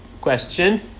question